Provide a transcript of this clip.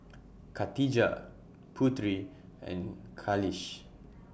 Katijah Putri and Khalish